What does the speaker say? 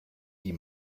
die